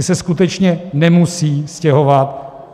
Ti se skutečně nemusí stěhovat.